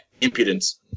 impudence